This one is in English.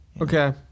Okay